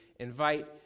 invite